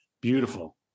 Beautiful